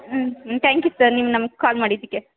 ಹ್ಞೂ ಹ್ಞೂ thank you sir ನೀವು ನಮ್ಗೆ ಕಾಲ್ ಮಾಡಿದ್ದಕ್ಕೆ